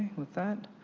with that.